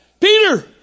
Peter